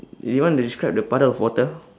you wanna describe the puddle of water